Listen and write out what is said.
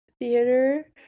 theater